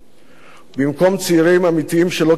במקום צעירים אמיתיים שלא קיבלו דבר,